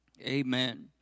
Amen